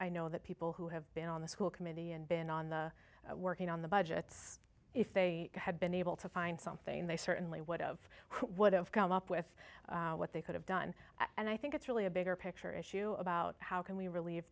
i know that people who have been on the school committee and been on the working on the budgets if they had been able to find something they certainly would of what have come up with what they could have done and i think it's really a bigger picture issue about how can we re